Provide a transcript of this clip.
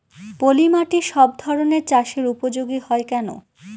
পলিমাটি সব ধরনের চাষের উপযোগী হয় কেন?